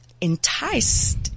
enticed